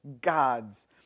gods